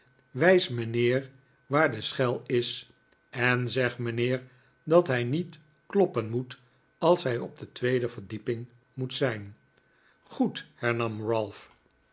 wijs mijnheer waar de schel is en zeg mijnheer dat hij niet kloppen moet als hij op de tweede verdieping moet zijn goed hernam ralph